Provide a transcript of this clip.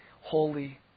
holy